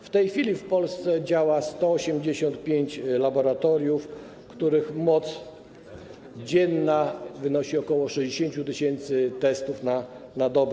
W tej chwili w Polsce działa 185 laboratoriów, których moc dzienna wynosi ok. 60 tys. testów na dobę.